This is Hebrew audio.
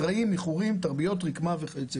צמחים, זרעים, ייחורים, תרביות רקמה וכיוצא בזה.